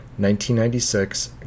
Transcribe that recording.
1996